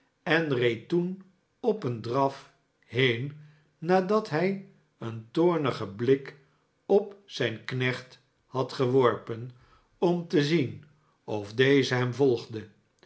en reed toen op een draf heen nadat hij een toornigen blik op zijn knecht had geworpen om te zien of deze hem volgde